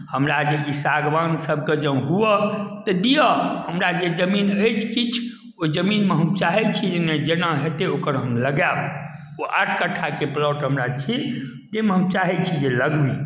हमरा यदि सागवानसभके जँ हुअ तऽ दिअ हमरा जे जमीन अइछ किछ ओइ जमीनमे हम चाहै छी जे नहि जेना हेतै ओकर हम लगायब ओ आठ कट्ठाके प्लॉट हमरा छी जाहिमे हम चाहै छी जे लगाबी